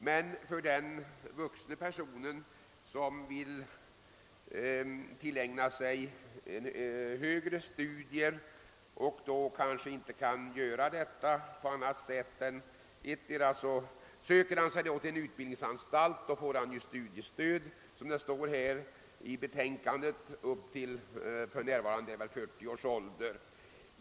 Till en vuxen person som önskar tillägna sig högre utbildning men som kanske inte har möjlighet att göra detta annat än genom att söka till en utbildningsanstalt utgår studiemedel, såsom påpekas i betänkandet, upp till för närvarande 40 års ålder.